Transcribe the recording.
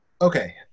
Okay